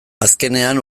azkenean